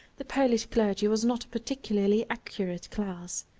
the polish clergy was not a particularly accurate class.